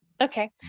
okay